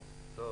לא?